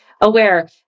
aware